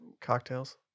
cocktails